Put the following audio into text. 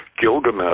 Gilgamesh